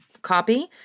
copy